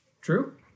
True